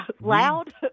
loud